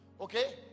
okay